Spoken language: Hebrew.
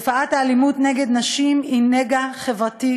תופעת האלימות נגד נשים היא נגע חברתי